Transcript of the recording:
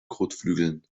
kotflügeln